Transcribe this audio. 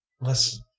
listen